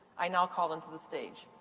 i now call them to the stage.